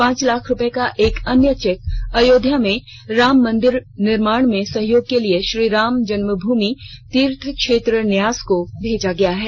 पांच लाख रुपये का एक अन्य चेक अयोध्या में राम मंदिर निर्माण में सहयोग के लिए श्रीराम जन्मभूमि तीर्थ क्षेत्र न्यास को भेजा गया है